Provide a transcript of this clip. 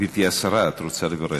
גברתי השרה, את רוצה לברך.